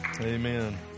Amen